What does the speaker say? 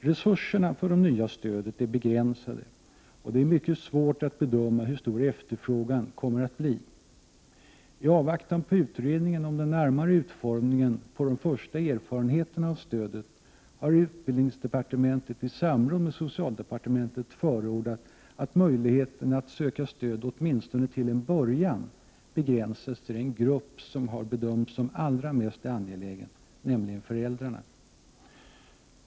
Resurserna för det nya stödet är begränsade. Det är mycket svårt att bedöma hur stor efterfrågan kommer att bli. I avvaktan på utredningen om den närmare utformningen och de första erfarenheterna av stödet har utbildningsdepartementet i samråd med socialdepartementet förordat att möjligheterna att söka stöd, åtminstone till en början, begränsas till den grupp som har bedömts som allra mest angelägen, nämligen föräldrarna.